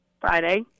Friday